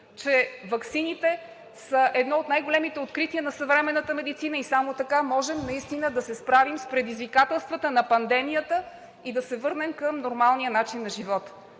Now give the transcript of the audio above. че ваксините са едно от най-големите открития на съвременната медицина. Само така можем да се справим с предизвикателствата на пандемията и да се върнем към нормалния начин на живот.